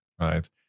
Right